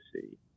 see